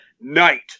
night